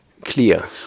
clear